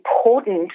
important